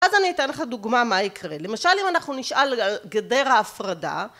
אז אני אתן לך דוגמה מה יקרה. למשל אם אנחנו נשאל... גדר ההפרדה